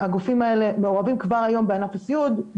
שהגופים האלה מעורבים כבר היום בענף הסיעוד,